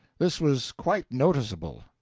this was quite noticeable.